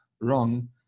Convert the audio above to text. wrong